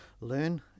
learn